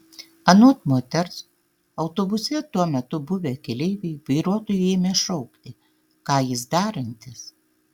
anot moters autobuse tuo metu buvę keleiviai vairuotojui ėmė šaukti ką jis darantis